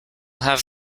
have